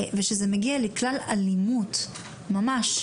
ושזה מגיע לכלל אלימות ממש,